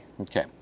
Okay